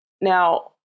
now